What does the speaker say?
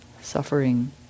suffering